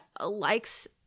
likes